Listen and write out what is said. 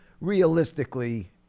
realistically